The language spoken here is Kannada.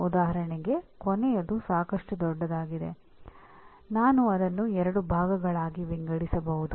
ಉದಾಹರಣೆಗೆ ಕೊನೆಯದು ಸಾಕಷ್ಟು ದೊಡ್ಡದಾಗಿದೆ ನಾನು ಅದನ್ನು ಎರಡು ಭಾಗಗಳಾಗಿ ವಿಂಗಡಿಸಬಹುದು